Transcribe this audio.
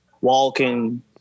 walking